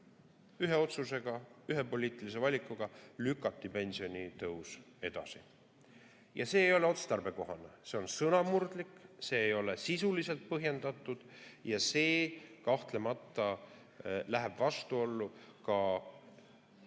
Ühe otsusega, ühe poliitilise valikuga lükati pensionitõus edasi. See ei ole otstarbekohane. See on sõnamurdlik, see ei ole sisuliselt põhjendatud ja see kahtlemata läheb vastuollu ka